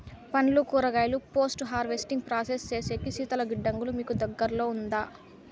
పండ్లు కూరగాయలు post harvesting process సేసేకి శీతల గిడ్డంగులు మీకు దగ్గర్లో ఉందా?